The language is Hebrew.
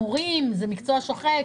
מורים זה מקצוע שוחק,